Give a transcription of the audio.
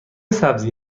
سبزی